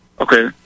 Okay